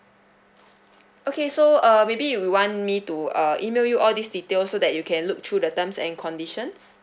okay so uh maybe you want me to uh email you all these details so that you can look through the terms and conditions